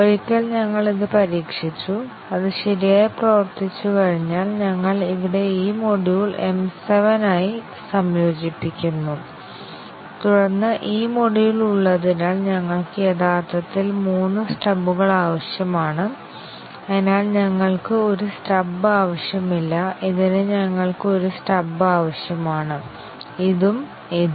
ഒരിക്കൽ ഞങ്ങൾ ഇത് പരീക്ഷിച്ചു അത് ശരിയായി പ്രവർത്തിച്ചുകഴിഞ്ഞാൽ ഞങ്ങൾ ഇവിടെ ഈ മൊഡ്യൂൾ M 7 മായി സംയോജിപ്പിക്കുന്നു തുടർന്ന് ഈ മൊഡ്യൂൾ ഉള്ളതിനാൽ ഞങ്ങൾക്ക് യഥാർത്ഥത്തിൽ മൂന്ന് സ്റ്റബുകൾ ആവശ്യമാണ് അതിനാൽ ഞങ്ങൾക്ക് ഒരു സ്റ്റബ് ആവശ്യമില്ല ഇതിന് ഞങ്ങൾക്ക് ഒരു സ്റ്റബ് ആവശ്യമാണ് ഇതും ഇതും